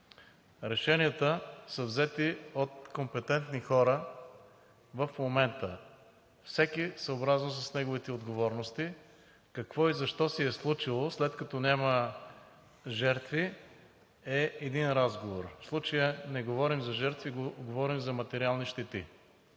Решенията са взети от компетентни хора в момента и всеки съобразно неговите отговорности – какво и защо се е случило, а след като няма жертви, е един разговор. В случая не говорим за жертви, а говорим за материални щети.